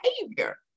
behavior